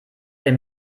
dem